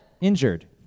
Injured